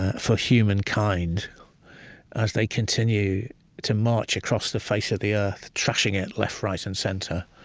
ah for humankind as they continue to march across the face of the earth, trashing it left, right, and center,